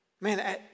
man